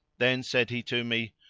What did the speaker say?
then said he to me,